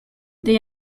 they